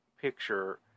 picture